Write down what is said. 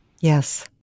Yes